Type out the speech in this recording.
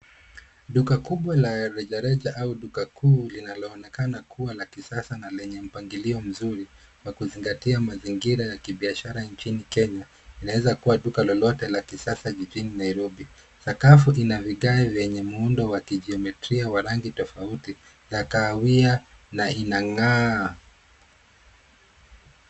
Duka kubwa la rejareja au duka kuu linaloonekana kuwa la kisasa na lenye mpangilio mzuri wa kuzingatia mazingira ya kibiashara nchini Kenya inaweza kuwa duka lolote la kisasa jijini Nairobi. Sakafu ina vigayo vyenye muundo wa kijiometria wa rangi tofauti za kahawia na inang'aa.